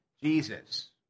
Jesus